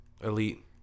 Elite